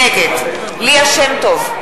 נגד ליה שמטוב,